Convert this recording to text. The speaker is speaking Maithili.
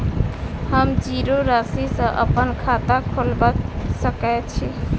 हम जीरो राशि सँ अप्पन खाता खोलबा सकै छी?